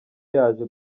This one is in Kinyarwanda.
yaje